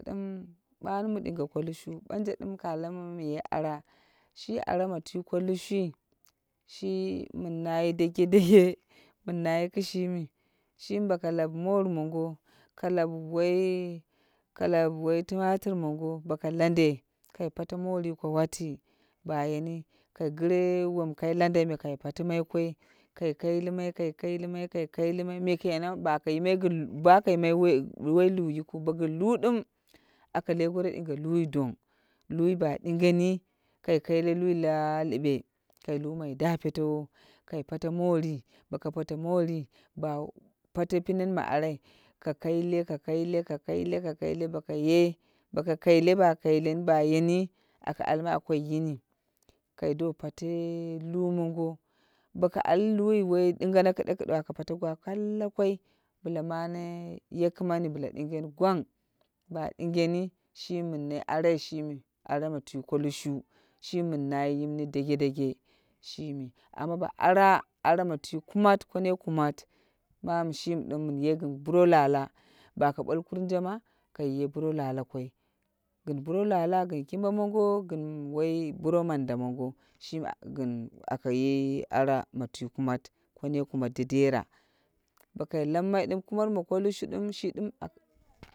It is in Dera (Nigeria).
Dim ɓanu mi ɗinge ko lushu, ɓanje dim ka lammai mi ye ara. Shi ara matwi ko lushui shi min nayi dage dage min nayi kishimi, shimi boku lau mot mongo, ka lau kalau tumatir mongo bo ko kande ka pate motti ko wati bayeni kai gire wom kai landa kai patimai kai kai kalimai, kai kailimai, kai kailimai me kenan ba ka yimai gin, ba ka yimai woi lu yikiu, ba gin lu ɗum a ka le goro dinge lu dong, lui ba dinge ni kai kaile lui la live kai lumai da petewo kai pate motti. Boko pate morn ba, pate pinen ma arai, ka kaile, ka klaile, ka kaile, ka kaile, bokoye boko kaile ba kaileni ba yeni a ka almai a kai yini kai do pate hu mongo, boko ali hi woi dingana kiɗe- kiɗe aka pate gwa kalla koi bla mane yekimani bla dingeri gwang ba ɗingeni, shimi mni nai arai shimi ara ma twi ko lushu, shimin nayi yimni dage dage, shimi, amma bo ara, ara ma twi kumat, konai kumat, manu shimi dim min ye gin bwo lwa- lwa baka ɓwal kumje ma kai ye buro lwa- lwa koi gin buro lwa- lwa gin kimba mongo, gin woi buro manda mongo shimi aka ye ara matwikumat konoi kumat dedera. Bo kai kammai dim kuma ko lushu dim, shi dim.